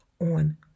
on